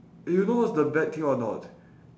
eh you know what's the bad thing or not